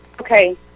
Okay